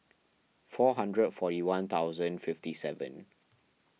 four hundred forty one thousand fifty seven